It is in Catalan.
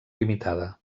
limitada